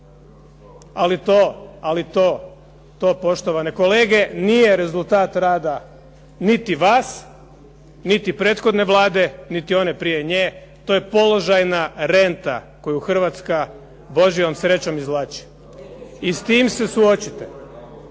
Hrvatsku, ali to poštovane kolege nije rezultat rada niti vas, niti prethodne Vlade, niti one prije nje to je položajna renta koju Hrvatska Božjom srećom izvlači i s time se suočite.